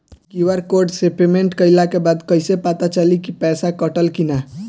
QR code से payment कईला के बाद कईसे पता चली की पैसा कटल की ना?